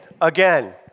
again